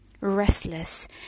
restless